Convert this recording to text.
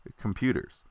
computers